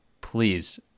please